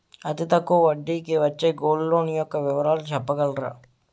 అతి తక్కువ వడ్డీ కి వచ్చే గోల్డ్ లోన్ యెక్క వివరాలు చెప్పగలరా?